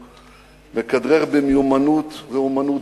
הוא מכדרר במיומנות ואמנות,